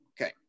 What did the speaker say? okay